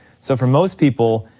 so for most people,